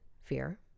fear